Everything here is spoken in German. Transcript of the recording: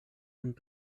und